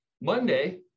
monday